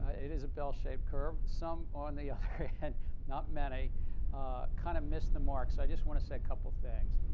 ah it is a bell-shaped curve. some, on the other ah hand not many kind of missed the mark. so i just want to say a couple of things.